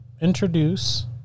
introduce